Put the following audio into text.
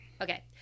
okay